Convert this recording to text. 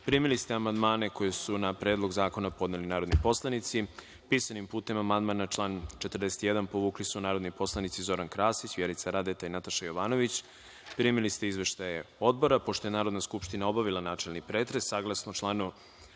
zakona. Primili ste amandmane koje su na Predlog zakona podneli narodni poslanici. Pisanim putem amandman na član 41. povukli su narodni poslanici Zoran Krasić, Vjerica Radeta i Nataša Jovanović. Primili ste izveštaje odbora. Pošto je Narodna skupština obavila načelni pretres, saglasno članu